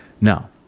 now